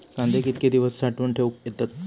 कांदे कितके दिवस साठऊन ठेवक येतत?